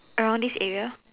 around this area